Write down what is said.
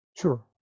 Sure